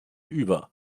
über